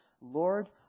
Lord